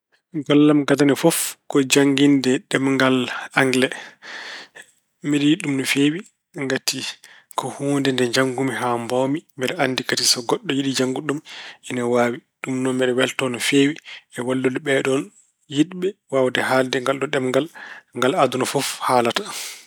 Golle am gadane fof ko jannginde ɗemngal Angele. Mbeɗe yiɗi ɗum no feewi ngati ko huunde nde janngu mi haa mbaawmi. Mbeɗe anndi kadi so goɗɗo yiɗi janngude ɗum ina waawi. Ɗum noon mbeɗa welto no feewi e wallude ɓeeɗoon yiɗɓe waawde haalde ngalɗo ɗemngal ngal aduna fof haalata.